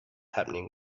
happening